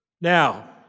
Now